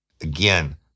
Again